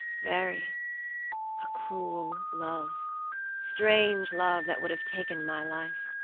very a cruel love strange love, that would have taken my life.